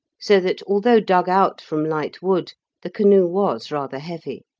so that although dug out from light wood the canoe was rather heavy.